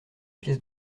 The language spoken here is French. pièce